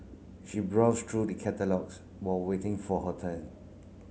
she browsed through the catalogues while waiting for her turn